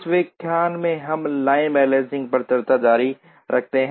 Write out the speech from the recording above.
इस व्याख्यान में हम लाइन बैलेंसिंग पर चर्चा जारी रखते हैं